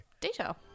Detail